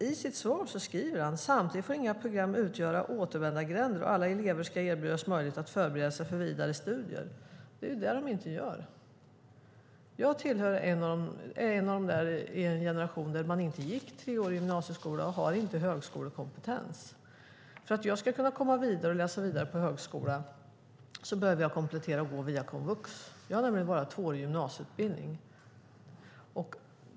I sitt svar skriver han att samtidigt får inga program utgöra återvändsgränder, och alla elever ska erbjudas möjlighet att förbereda sig för vidare studier. Det är det de inte gör. Jag tillhör den generation där alla inte gick treårig gymnasieskola, och jag har inte högskolekompetens. För att jag ska kunna komma vidare och läsa vidare på högskolan behöver jag komplettera och gå via komvux. Jag har nämligen bara tvåårig gymnasieutbildning.